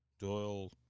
Doyle